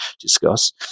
discuss